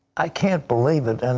i can't believe it. and